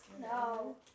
No